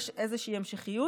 יש איזושהי המשכיות.